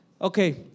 Okay